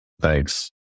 Thanks